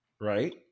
right